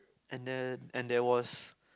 and there and there was